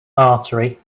artery